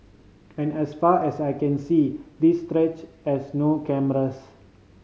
and as far as I can see this stretch has no cameras